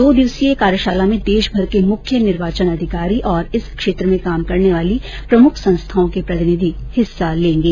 दो दिवसीय कार्यशाला में देश भर के मुख्य निर्वाचन अधिकारी और इस क्षेत्र में काम करने वाली प्रमुख संस्थाओं के प्रतिनिधि हिस्सा लेंगे